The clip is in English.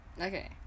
Okay